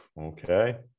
Okay